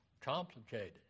Complicated